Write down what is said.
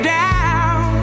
down